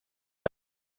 las